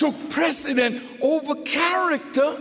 took precedence over character